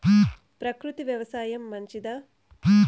ప్రకృతి వ్యవసాయం మంచిదా?